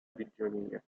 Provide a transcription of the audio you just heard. prigionia